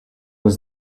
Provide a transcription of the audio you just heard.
was